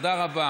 ותודה רבה